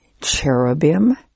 Cherubim